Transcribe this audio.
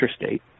interstate